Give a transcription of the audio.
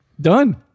Done